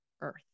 Earth